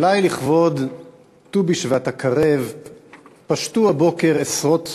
אולי לכבוד ט"ו בשבט הקרב פשטו הבוקר עשרות